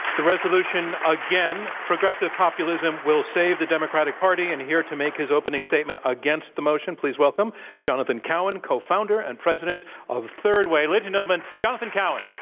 the resolution, again, progressive populism will save the democratic party. and here to make his opening statement against the motion please welcome jonathan cowan, co-founder and president of the third way. ladies and gentlemen, jonathan cowan.